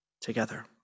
together